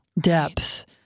Depths